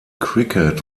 cricket